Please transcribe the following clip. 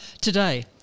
today